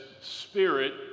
spirit